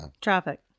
Traffic